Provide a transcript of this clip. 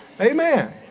Amen